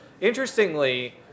Interestingly